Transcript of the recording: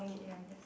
k I guess